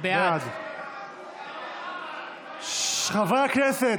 בעד יואב סגלוביץ'